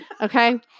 Okay